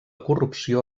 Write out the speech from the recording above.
corrupció